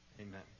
Amen